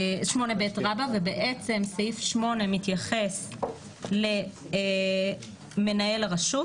סעיף 8 מתייחס למנהל הרשות,